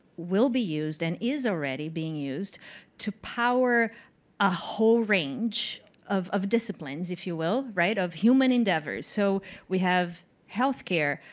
will be used and is already being used to power a whole range of of disciplines, if you will. right? of human endeavors. so we have healthcare.